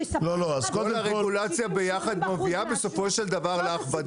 כל הרגולציה ביחד מביאה בסופו של דבר להכבדה.